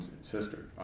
sister